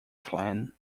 clan